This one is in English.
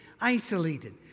Isolated